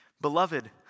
Beloved